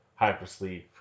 Hypersleep